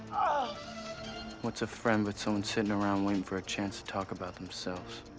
ah what's a friend, but someone sittin' around, waitin' for a chance to talk about themselves?